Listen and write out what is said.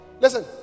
listen